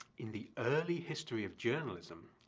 in the early history of journalism,